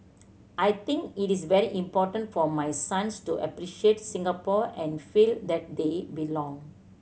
I think it is very important for my sons to appreciate Singapore and feel that they belong